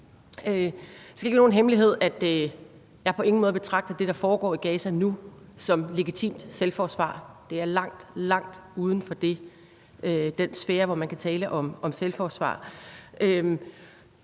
ikke være nogen hemmelighed, at jeg på ingen måde betragter det, der foregår i Gaza nu, som legitimt selvforsvar. Det er langt, langt uden for den sfære, hvor man kan tale om selvforsvar.